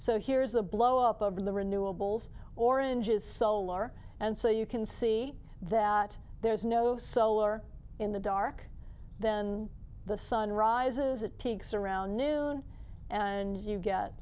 so here's a blow up over the renewables orange is so large and so you can see that there's no solar in the dark then the sun rises it peaks around noon and you get